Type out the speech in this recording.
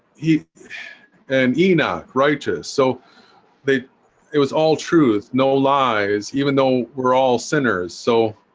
he and enoch righteous, so they it was all truth no lies, even though we're all sinners. so